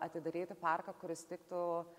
atidaryti parką kuris tiktų